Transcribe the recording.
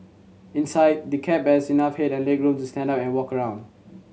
inside the cab has enough head and legroom to stand up and walk around